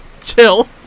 Chill